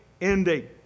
Ending